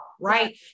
right